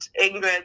England